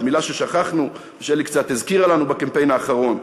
מילה ששכחנו ושלי קצת הזכירה לנו בקמפיין האחרון.